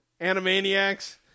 Animaniacs